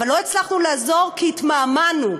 ולא הצלחנו לעזור כי התמהמהנו,